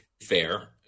fair